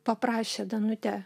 paprašė danutė